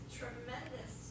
tremendous